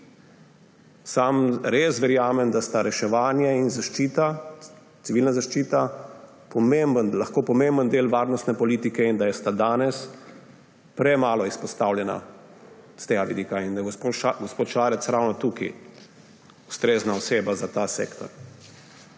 Sam res verjamem, da sta reševanje in civilna zaščita lahko pomemben del varnostne politike in da sta danes premalo izpostavljena s tega vidika; in da je gospod Šarec ravno tukaj ustrezna oseba za ta sektor.